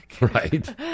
right